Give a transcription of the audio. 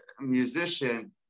musician